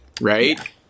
right